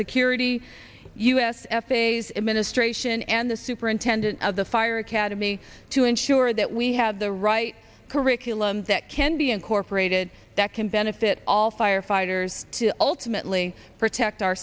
security u s f a's administration and the superintendent of the fire academy to ensure that we have the right curriculum that can be incorporated that can benefit all firefighters to ultimately protect our